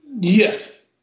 Yes